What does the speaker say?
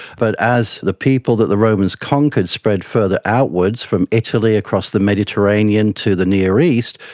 but as the people that the romans conquered spread further outwards from italy across the mediterranean to the near east,